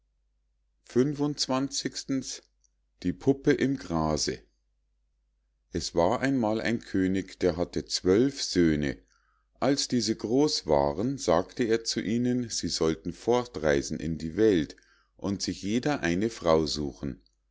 die puppe im grase es war einmal ein könig der hatte zwölf söhne als diese groß waren sagte er zu ihnen sie sollten fortreisen in die welt und sich jeder eine frau suchen